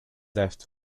left